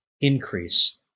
increase